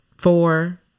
four